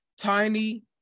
Tiny